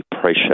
pressure